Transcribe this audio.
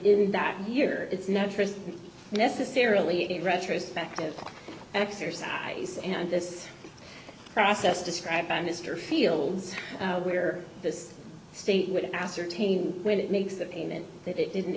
in that year it's not st necessarily a retrospective exercise and this process described by mr fields where this state would ascertain when it makes the payment that it didn't